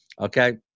Okay